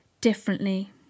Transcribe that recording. differently